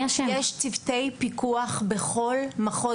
מה השם?) יש צוותי פיקוח בכל מחוז,